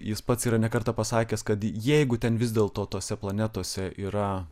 jis pats yra ne kartą pasakęs kad jeigu ten vis dėlto tose planetose yra